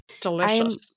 Delicious